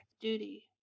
duty